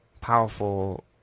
powerful